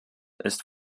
ist